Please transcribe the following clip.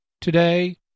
today